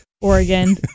Oregon